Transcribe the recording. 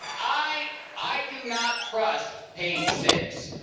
i i do not trust page six.